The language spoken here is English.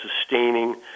sustaining